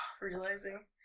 realizing